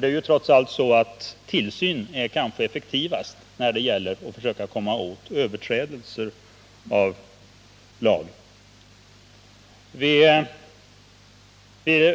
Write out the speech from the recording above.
Det är kanske trots allt så att tillsyn är det effektivaste sättet att försöka beivra överträdelser av lagen. Vi